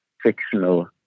fictional